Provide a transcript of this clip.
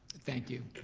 thank you,